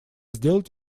сделать